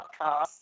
podcast